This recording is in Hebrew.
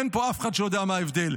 אין פה אף אחד שיודע מה ההבדל.